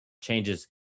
changes